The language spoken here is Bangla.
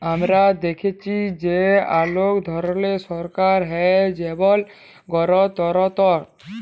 আমরা দ্যাখেচি যে অলেক ধরলের সরকার হ্যয় যেমল গলতলতর